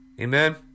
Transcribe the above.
Amen